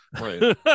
right